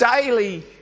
Daily